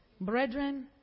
Brethren